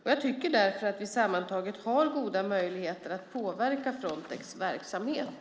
Jag tycker därför att vi sammantaget har goda möjligheter att påverka Frontex verksamhet.